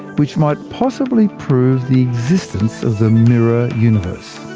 which might possibly prove the existence of the mirror universe.